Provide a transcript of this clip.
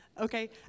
okay